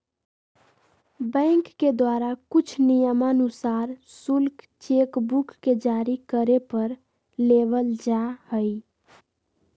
bank के द्वारा कुछ नियमानुसार शुल्क चेक बुक के जारी करे पर लेबल जा हई